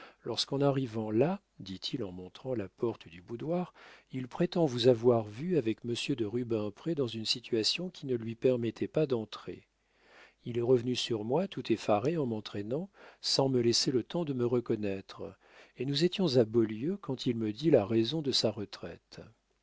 lorsqu'en arrivant là dit-il en montrant la porte du boudoir il prétend vous avoir vue avec monsieur de rubempré dans une situation qui ne lui permettait pas d'entrer il est revenu sur moi tout effaré en m'entraînant sans me laisser le temps de me reconnaître et nous étions à beaulieu quand il me dit la raison de sa retraite